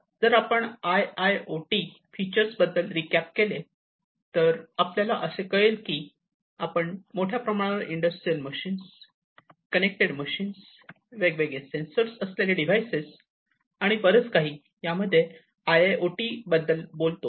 जर आपण I I O T features बद्दल रिकॅप केले तर आपल्याला असे कळेल की आपण मोठ्या प्रमाणात इंडस्ट्रियल मशीन्स कनेक्टेड मशीन्स वेगवेगळे सेन्सर असलेले डिव्हाइसेस आणि बरंच काही यामध्ये आय् आय् ओ टी बददल बोलतो